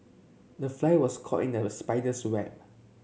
the fly was caught in the spider's web